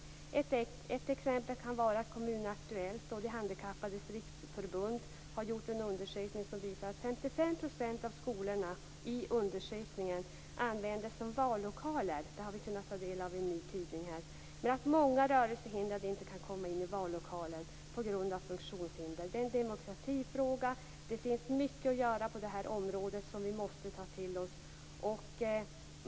Ett exempel kan vara att Kommun Aktuellt och De handikappades riksförbund har gjort en undersökning som visar att 55 % av skolorna i undersökningen användes som vallokaler. Detta har vi kunnat ta del av i en ny tidning här. Men många rörelsehindrade kunde inte komma in i vallokalen på grund av funktionshinder. Detta är en demokratifråga. Det finns mycket att göra på det här området som vi måste ta till oss.